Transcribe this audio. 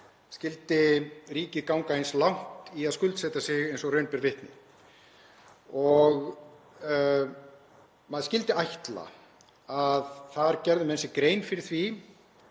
skyldi ríkið ganga eins langt í að skuldsetja sig eins og raun ber vitni. Maður skyldi ætla að þar gerðu menn sér grein fyrir því